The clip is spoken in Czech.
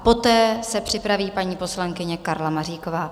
Poté se připraví paní poslankyně Karla Maříková.